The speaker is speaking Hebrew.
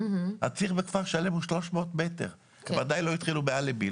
הציר בכפר שלם הוא 300 מטר ועדיין לא התחילו באלנבי,